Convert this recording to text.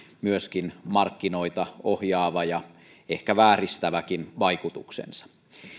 myöskin markkinoita ohjaava ja ehkä vääristäväkin vaikutuksensa